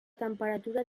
temperatura